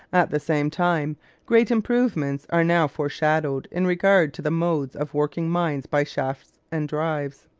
at the same time great improvements are now foreshadowed in regard to the modes of working mines by shafts and drives.